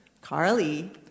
Carly